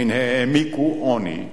הן העמיקו עוני,